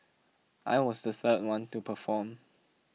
I was the third one to perform